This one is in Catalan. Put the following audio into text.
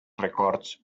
records